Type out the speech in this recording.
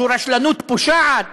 זו רשלנות פושעת